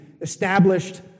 established